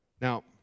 Now